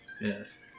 Yes